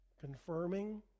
Confirming